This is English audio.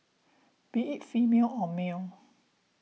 be it female or male